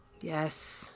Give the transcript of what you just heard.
yes